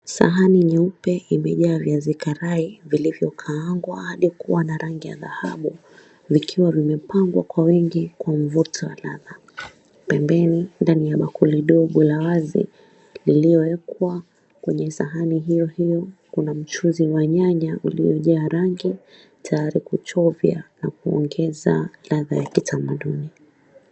Sahani nyeupe imejaa viazi karai vilivyokaangwa hadi kua na rangi ya dhahabu vikiwa vimepangwa kwa wingi kwa mvuto wa ladha. Pembeni ndani ya bakuli ndogo la wazi lililowekwa kwenye sahani hio hio kuna mchuzi wa nyanya uliyojaa rangi tayari kuchovya na kuongeza ladha ya kitamaduni.